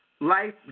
Life